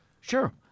Sure